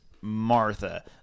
Martha